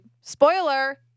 spoiler